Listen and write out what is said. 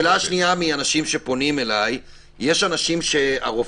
נלחם עשרות פעמים כדי שהדברים יהיו פתוחים והמשק יחזור